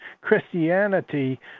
Christianity